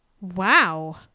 Wow